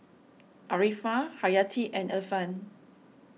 Arifa Haryati and Irfan